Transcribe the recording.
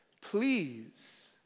please